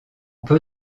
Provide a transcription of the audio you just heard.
peu